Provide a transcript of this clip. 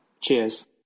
Cheers